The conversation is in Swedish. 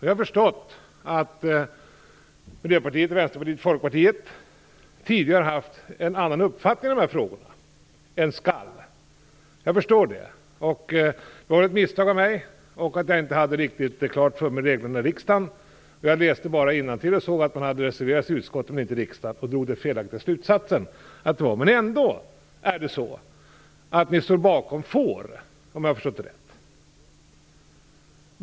Jag har förstått att Miljöpartiet, Vänsterpartiet och Folkpartiet tidigare har haft en annan uppfattning om dessa frågor, nämligen att det inte skall stå "skall". Jag förstår det. Det var ett misstag av mig. Jag hade inte riktigt klart för mig hur reglerna är i riksdagen. Jag läste bara innantill och såg att man hade reserverat sig i utskottet men inte i kammaren. Då drog jag den felaktiga slutsatsen. Men det är ändå så att ni står bakom ordet "får", om jag har förstått det rätt.